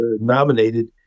nominated